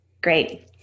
Great